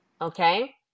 okay